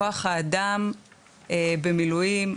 כוח האדם במילואים,